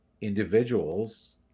individuals